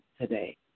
today